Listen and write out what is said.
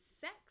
sex